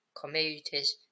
commuters